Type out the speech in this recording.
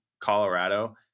Colorado